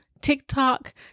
TikTok